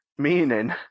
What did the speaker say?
meaning